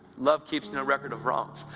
love keeps no record of wrongs.